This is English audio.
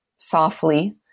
softly